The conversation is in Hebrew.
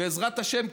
בעזרת השם,